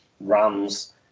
Rams